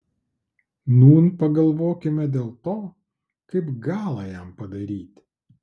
nūn pagalvokime dėl to kaip galą jam padaryti